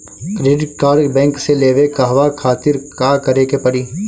Credit card bank से लेवे कहवा खातिर का करे के पड़ी?